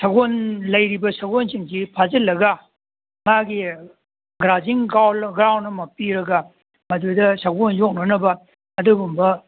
ꯁꯒꯣꯜ ꯂꯩꯔꯤꯕ ꯁꯒꯣꯜꯁꯤꯡꯁꯤ ꯐꯥꯖꯤꯜꯂꯒ ꯃꯥꯒꯤ ꯒ꯭ꯔꯥꯖꯤꯡ ꯒ꯭ꯔꯥꯎꯟ ꯑꯃ ꯄꯤꯔꯒ ꯃꯗꯨꯗ ꯁꯒꯣꯜ ꯌꯣꯛꯅꯅꯕ ꯑꯗꯨꯒꯨꯝꯕ